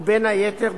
ובין היתר,